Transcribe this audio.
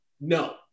No